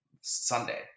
Sunday